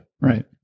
right